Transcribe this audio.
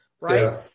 right